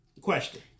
Question